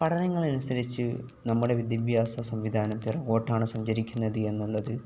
പഠനങ്ങളനുസരിച്ച് നമ്മുടെ വിദ്യാഭ്യാസ സംവിധാനം പുറകോട്ടാണ് സഞ്ചരിക്കുന്നത് എന്നുള്ളത്